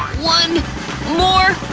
one more